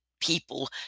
people